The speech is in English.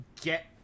get